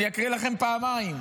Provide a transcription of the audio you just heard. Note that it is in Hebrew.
אקריא לכם פעמיים.